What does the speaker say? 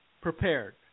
prepared